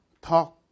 talk